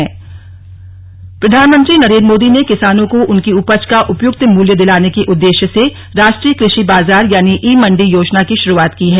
slug e मंडी प्रधानमंत्री नरेंद्र मोदी ने किसानों को उनकी उपज का उपयुक्त मूल्य दिलाने के उद्देश्य से राष्ट्रीय कृषि बाजार यानि ई मंडी योजना की शुरुआत की है